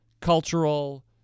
cultural